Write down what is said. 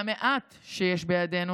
והמעט שיש בידינו,